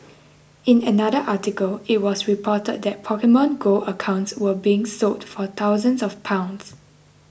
in another article it was reported that Pokemon Go accounts were being sold for thousands of pounds